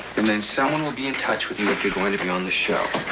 and then someone will be in touch with you if you're going to be on the show.